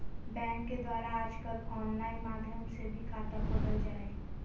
bank के द्वारा आजकल आनलाइन माध्यम से भी खाता खोलल जा हइ